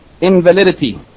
invalidity